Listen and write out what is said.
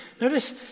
Notice